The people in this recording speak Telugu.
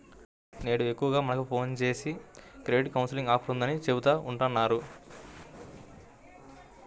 నేడు ఎక్కువగా మనకు ఫోన్ జేసి క్రెడిట్ కౌన్సిలింగ్ ఆఫర్ ఉందని చెబుతా ఉంటన్నారు